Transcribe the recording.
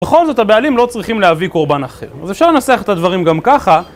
בכל זאת הבעלים לא צריכים להביא קורבן אחר. אז אפשר לנסח את הדברים גם ככה: ...